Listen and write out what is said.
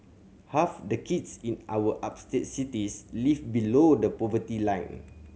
half the kids in our upstate cities live below the poverty line